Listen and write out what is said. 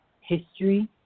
history